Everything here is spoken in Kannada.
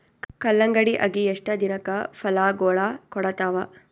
ಕಲ್ಲಂಗಡಿ ಅಗಿ ಎಷ್ಟ ದಿನಕ ಫಲಾಗೋಳ ಕೊಡತಾವ?